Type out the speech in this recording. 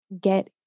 get